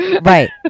Right